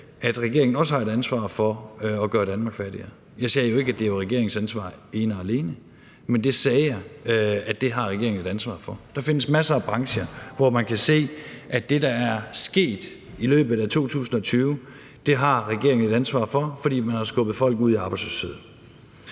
at regeringen også har et ansvar for at gøre Danmark fattigere, at jeg jo ikke sagde, at det ene og alene var regeringens ansvar, men jeg sagde, at det har regeringen et ansvar for. Der findes masser af brancher, hvor man kan se, at det, der er sket i løbet af 2020, har regeringen et ansvar for, fordi man har skubbet folk ud i arbejdsløshed.